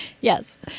Yes